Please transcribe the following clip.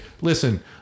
listen